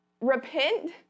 repent